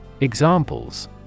Examples